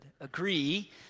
agree